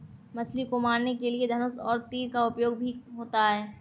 मछली को मारने के लिए धनुष और तीर का उपयोग भी होता है